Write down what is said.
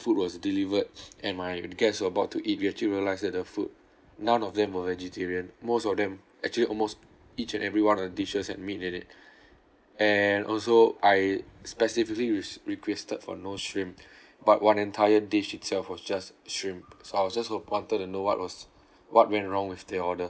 food was delivered and my guests were about to eat we actually realised that the food none of them were vegetarian most of them actually almost each and every one of the dishes had meat in it and also I specifically re~ requested for no shrimp but one entire dish itself was just shrimp so I was just hope wanted to know what was what went wrong with the order